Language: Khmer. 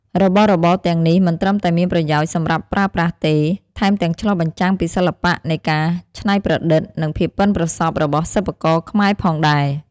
របស់របរទាំងនេះមិនត្រឹមតែមានប្រយោជន៍សម្រាប់ប្រើប្រាស់ទេ ថែមទាំងឆ្លុះបញ្ចាំងពីសិល្បៈនៃការច្នៃប្រឌិត និងភាពប៉ិនប្រសប់របស់សិប្បករខ្មែរផងដែរ។